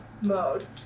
mode